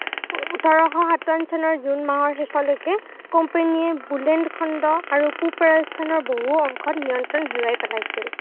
ওঠৰশ সাতাৱন চনৰ জুন মাহৰ শেষলৈকে কোম্পানীয়ে বুণ্ডেলখণ্ড আৰু পূব ৰাজস্থানৰ বহু অংশত নিয়ন্ত্ৰণ হেৰুৱাই পেলাইছিল